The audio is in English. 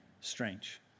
strange